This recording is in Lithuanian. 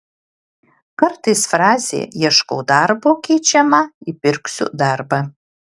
kartais frazė ieškau darbo keičiama į pirksiu darbą